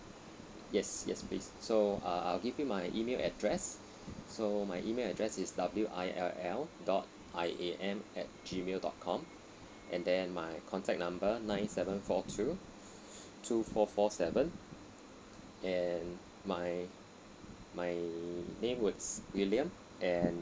yes yes please so uh I'll give you my email address so my email address is W I L L dot I A M at gmail dot com and then my contact number nine seven four two two four four seven and my my name would william and